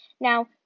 Now